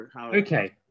Okay